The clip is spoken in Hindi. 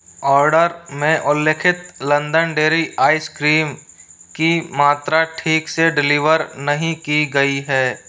ऑर्डर में उल्लिखित लंदन डेरी आइसक्रीम की मात्रा ठीक से डिलीवर नहीं की गई है